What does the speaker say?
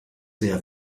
sehr